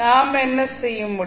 நாம் என்ன செய்ய முடியும்